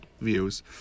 views